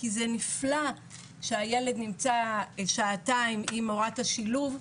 כי זה נפלא שהילד נמצא שעתיים עם מורת השילוב,